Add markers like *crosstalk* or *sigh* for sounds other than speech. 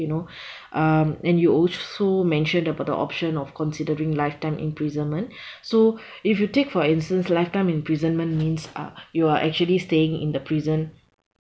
you know *breath* um and you also mentioned about the option of considering lifetime imprisonment *breath* so *breath* if you take for instance lifetime imprisonment means uh you are actually staying in the prison